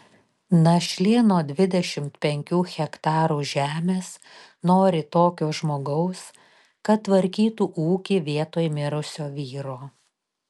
našlė nuo dvidešimt penkių hektarų žemės nori tokio žmogaus kad tvarkytų ūkį vietoj mirusio vyro